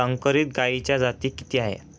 संकरित गायीच्या जाती किती आहेत?